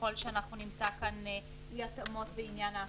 ככל שאנחנו נמצא כאן אי התאמות בעניין ההפניות.